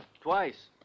Twice